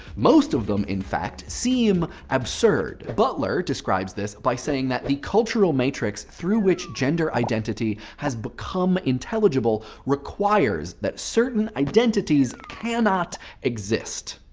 most of them in fact, seem absurd. butler describes this by saying that the cultural matrix through which gender identity has become intelligible requires that certain identities cannot exist.